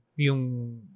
yung